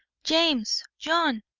james! john!